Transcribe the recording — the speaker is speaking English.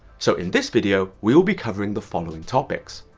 so in this video, we'll be covering the following topics.